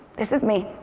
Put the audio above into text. this is me,